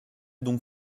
donc